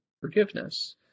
forgiveness